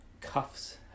cuffs